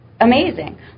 amazing